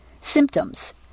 Symptoms